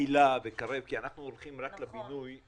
היל"ה ותוכנית קרב כי אנחנו מתייחסים רק לבינוי.